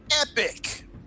epic